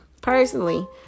Personally